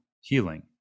healing